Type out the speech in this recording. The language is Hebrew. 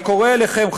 אני קורא לכם,